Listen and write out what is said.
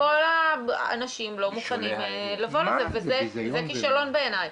האנשים לא מוכנים לבוא לזה וזה כישלון בעיניי.